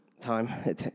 time